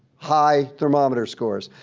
high thermometer scores.